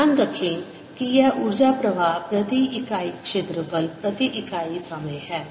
ध्यान रखें कि यह ऊर्जा प्रवाह प्रति इकाई क्षेत्रफल प्रति इकाई समय है